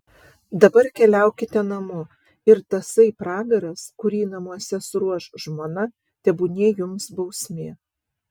dabar keliaukite namo ir tasai pragaras kurį namuose suruoš žmona tebūnie jums bausmė